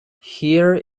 here